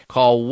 Call